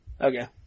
okay